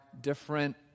different